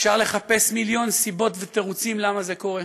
אפשר לחפש מיליון סיבות ותירוצים למה זה קורה: